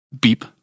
Beep